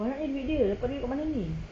banyaknya duit dia dapat duit kat mana ni